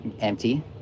empty